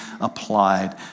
applied